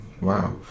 wow